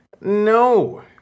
No